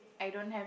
I don't have